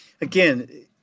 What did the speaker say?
again